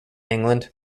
england